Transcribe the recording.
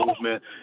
movement